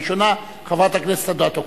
הראשונה, חברת הכנסת אדטו.